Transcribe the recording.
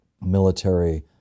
military